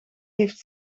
heeft